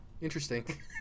Interesting